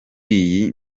iyi